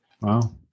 wow